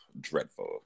dreadful